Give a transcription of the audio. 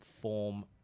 form